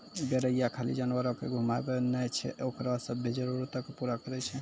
गरेरिया खाली जानवरो के घुमाबै नै छै ओकरो सभ्भे जरुरतो के पूरा करै छै